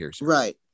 right